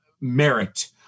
merit